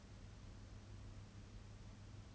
then what is the condition if she thinks that is unconditioned